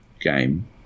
game